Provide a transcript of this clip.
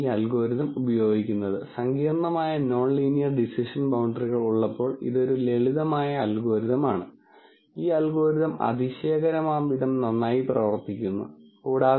അതിനാൽ ഇത് ശരിയല്ലെന്ന് കരുതുന്ന ഓരോ ഇടപാടുകളും പര്യവേക്ഷണം ചെയ്യുന്നതിനെ അടിസ്ഥാനമാക്കി നിങ്ങൾ ലേബൽ ചെയ്യുന്ന ഒന്നാണ് യഥാർത്ഥത്തിൽ ആ ഇടപാട് നിയമപരമല്ലെന്ന് നിങ്ങൾ കണ്ടെത്തുമ്പോൾ നിങ്ങൾ അത് നിയമവിരുദ്ധമായ ഇടപാടായ ബാസ്ക്കറ്റിൽ ഇടുന്നു